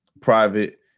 private